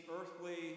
earthly